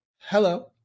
hello